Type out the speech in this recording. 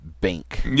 bank